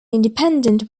independent